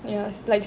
ya it's like